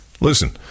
Listen